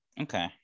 okay